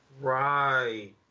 Right